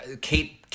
Kate –